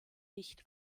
nicht